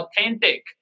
authentic